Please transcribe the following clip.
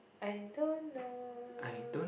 I don't know